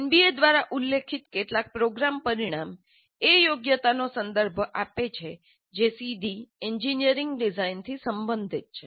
NBA દ્વારા ઉલ્લેખિત કેટલાક પ્રોગ્રામ પરિણામ એ યોગ્યતાનો સંદર્ભ આપે છે જે સીધી એન્જિનિયરિંગ ડિઝાઇનથી સંબંધિત છે